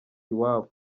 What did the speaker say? iwabo